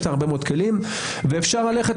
ואפשר ללכת,